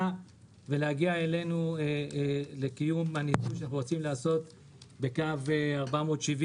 ולהגיע אלינו לקיום הניסוי שאנחנו רוצים לעשות בקו 470,